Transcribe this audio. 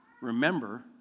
remember